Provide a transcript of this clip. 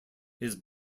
his